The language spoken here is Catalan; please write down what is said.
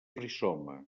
rizoma